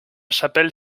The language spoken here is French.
chapelle